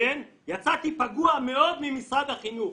יצאתי פגוע מאוד ממשרד החינוך.